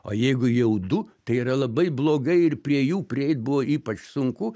o jeigu jau du tai yra labai blogai ir prie jų prieit buvo ypač sunku